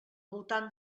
voltant